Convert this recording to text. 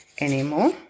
anymore